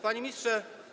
Panie Ministrze!